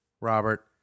robert